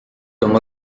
oma